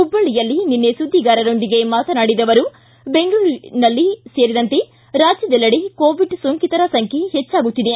ಹುಬ್ಬಳ್ಳಿಯಲ್ಲಿ ನಿನ್ನೆ ಸುದ್ದಿಗಾರರೊಂದಿಗೆ ಮಾತನಾಡಿದ ಅವರು ಬೆಂಗಳೂರಿನಲ್ಲಿ ಸೇರಿದಂತೆ ರಾಜದಲ್ಲೆಡೆ ಕೋವಿಡ್ ಸೋಂಕಿತರ ಸಂಖ್ಯೆ ಹೆಚ್ಚಾಗುತ್ತಿದೆ